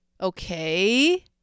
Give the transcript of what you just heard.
Okay